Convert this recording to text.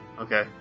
Okay